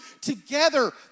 together